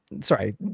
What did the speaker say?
sorry